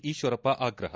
ಈಶ್ವರಪ್ಪ ಆಗ್ರಹ